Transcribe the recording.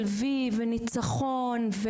עושה תנועות של וי וניצחון.